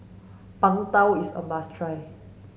Png Tao is a must try